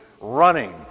running